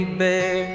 bear